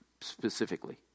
specifically